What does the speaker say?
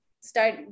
start